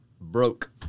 Broke